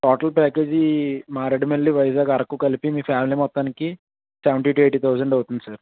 total package Maredumilli Vizag Araku కలిపి మీ family మొత్తానికి సెవెంటీ టు ఎయిటీ థౌసండ్ అవుతుంది సార్